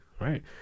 right